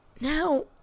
Now